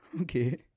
Okay